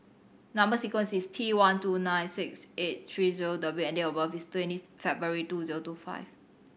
number sequence is T one two nine six eight three zero W and date of birth is twenty February two zero two five